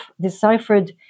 deciphered